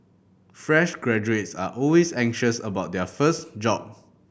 fresh graduates are always anxious about their first job